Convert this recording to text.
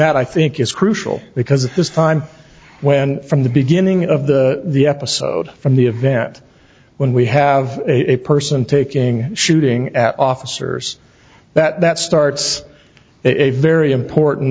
that i think is crucial because this time when from the beginning of the the episode from the event when we have a person taking shooting at officers that starts a very important